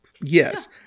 Yes